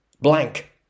blank